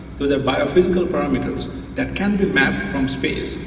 the biophysical parameters that can be met from space,